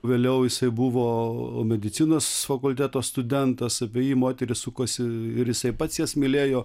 vėliau jisai buvo medicinos fakulteto studentas apie jį moterys sukosi ir jisai pats jas mylėjo